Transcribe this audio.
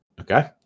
Okay